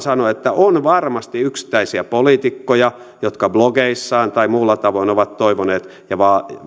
sanoa että on varmasti yksittäisiä poliitikkoja jotka blogeissaan tai muulla tavoin ovat toivoneet ja